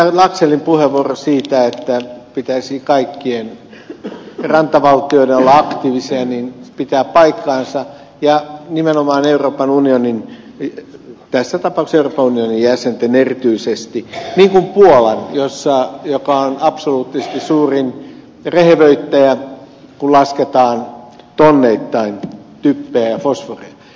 laxellin puheenvuoro siitä että pitäisi kaikkien rantavaltioiden olla aktiivisia pitää paikkansa ja nimenomaan tässä tapauksessa euroopan unionin jäsenten erityisesti niin kuin puolan joka on absoluuttisesti suurin rehevöittäjä kun lasketaan tonneittain typpeä ja fosforia